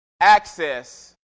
access